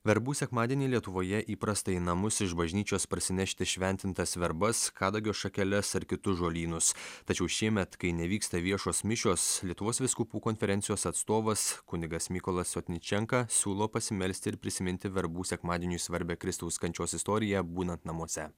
verbų sekmadienį lietuvoje įprasta į namus iš bažnyčios parsinešti šventintas verbas kadagio šakeles ar kitus žolynus tačiau šiemet kai nevyksta viešos mišios lietuvos vyskupų konferencijos atstovas kunigas mykolas otničenka siūlo pasimelsti ir prisiminti verbų sekmadieniui svarbią kristaus kančios istoriją būnant namuose